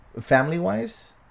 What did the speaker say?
family-wise